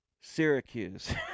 Syracuse